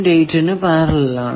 8 നു പാരലൽ ആണ്